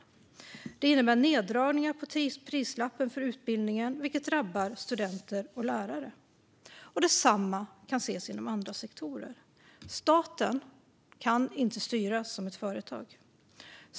Detta innebär neddragningar på prislappen för utbildningen, vilket drabbar studenter och lärare. Detsamma kan ses inom andra sektorer. Staten kan inte styras som ett företag.